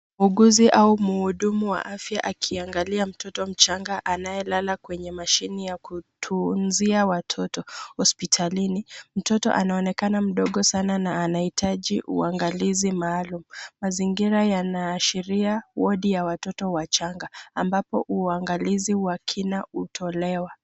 Muuguzi au muhudumu wa afya akiangalia mtoto mchanga akilala kwenye mashine ya kutunzia watoto hospitalini, mtoto anaonekana mdogo sana na anahitaji uangalizi maalum, mazingira yanaashiria wodi ya watoto wachanga ambapo uangalizi wa kita hutolewa.